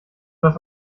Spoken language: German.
was